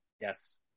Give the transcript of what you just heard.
yes